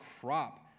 crop